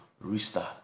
restart